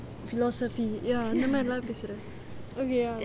philosophy ya அந்த மாரி லாம் பேசுற:antha maari laam paesura ya